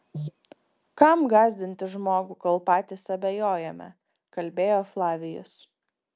kam gąsdinti žmogų kol patys abejojame kalbėjo flavijus